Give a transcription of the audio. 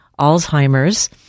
Alzheimer's